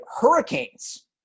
Hurricanes